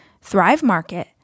ThriveMarket